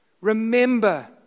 remember